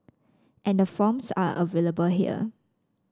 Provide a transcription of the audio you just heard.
and the forms are available here